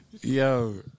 Yo